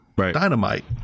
Dynamite